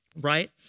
right